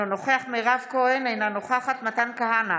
אינו נוכח מירב כהן, אינה נוכחת מתן כהנא,